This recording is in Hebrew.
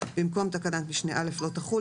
במקום תקנת משנה א' לא תחול,